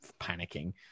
panicking